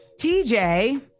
TJ